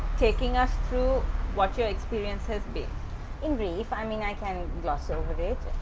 taking us through what your experience has been in brief i mean i can gloss over it